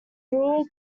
rural